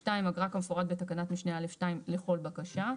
(2) אגרה כמפורט בתקנת משנה (א)(2) לכל בקשה.